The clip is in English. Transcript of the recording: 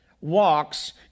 walks